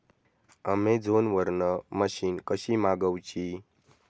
Amazon वरन machine कशी मागवची?